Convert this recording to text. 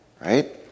right